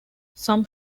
some